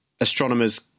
astronomers